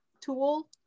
tool